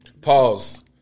Pause